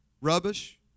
Rubbish